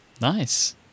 Nice